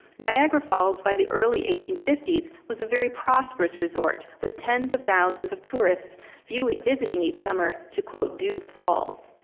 niagara falls by the early eighteen fifty s was a very prosperous resort, with tens of thousands of tourists visiting each summer to do the falls.